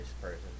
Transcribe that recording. person